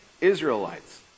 Israelites